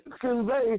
convey